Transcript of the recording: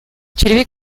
черевик